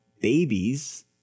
babies